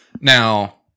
Now